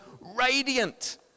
radiant